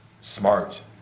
smart